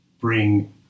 bring